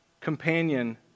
companion